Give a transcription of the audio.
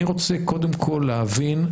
אני רוצה קודם כל להבין,